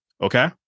okay